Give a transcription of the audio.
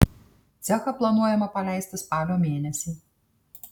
cechą planuojama paleisti spalio mėnesį